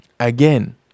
again